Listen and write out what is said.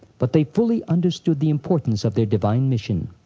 but they fully understood the importance of their divine mission.